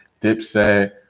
Dipset